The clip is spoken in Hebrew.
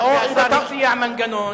היות שהשר הציע מנגנון